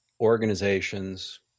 organizations